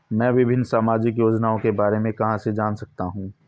मैं विभिन्न सामाजिक योजनाओं के बारे में कहां से जान सकता हूं?